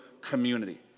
community